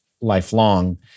lifelong